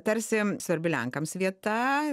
tarsi svarbi lenkams vieta